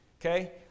okay